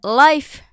life